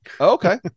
Okay